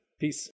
Peace